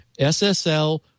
SSL